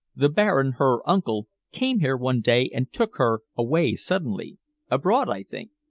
the baron, her uncle, came here one day and took her away suddenly abroad, i think.